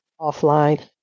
offline